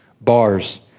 bars